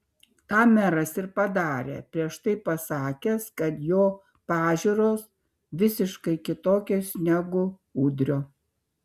tą meras ir padarė prieš tai pasakęs kad jo pažiūros visiškai kitokios negu udrio